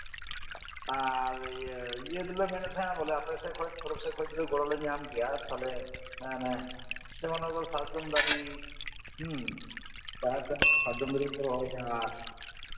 ᱟᱨ ᱤᱭᱟᱹ ᱤᱭᱟᱹ ᱫᱚᱞᱮ ᱢᱮᱱᱮᱫ ᱛᱟᱦᱮᱸᱱᱟ ᱵᱚᱞᱮ ᱟᱯᱮ ᱥᱮᱫᱠᱷᱚᱱ ᱛᱚᱨᱚᱯ ᱥᱮᱫ ᱠᱷᱚᱱ ᱜᱚᱲᱚ ᱞᱮ ᱧᱟᱢ ᱠᱮᱭᱟ ᱛᱟᱞᱦᱮ ᱚᱱᱟ ᱠᱚ ᱥᱟᱨᱡᱚᱢ ᱫᱟᱨᱮ ᱦᱩᱸ ᱡᱷᱟᱦᱮᱨ ᱫᱷᱟᱨᱮ ᱨᱮ ᱥᱟᱨᱡᱚᱢ ᱫᱟᱨᱮ ᱠᱚ ᱨᱚᱦᱚᱭᱟ